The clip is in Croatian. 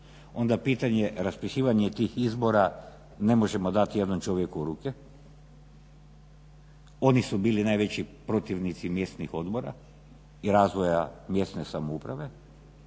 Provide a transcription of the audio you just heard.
onda pitanje raspisivanje tih izbora ne možemo dati jednom čovjeku u ruke. Oni su bili najveći protivnici mjesnih odbora i razvoja mjesne samouprave